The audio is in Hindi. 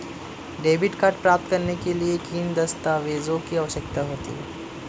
डेबिट कार्ड प्राप्त करने के लिए किन दस्तावेज़ों की आवश्यकता होती है?